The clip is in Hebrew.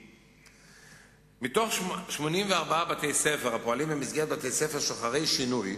3. מ-84 בתי-ספר הפועלים במסגרת "בתי-ספר שוחרי שינוי",